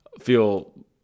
feel